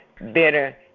better